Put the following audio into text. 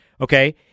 Okay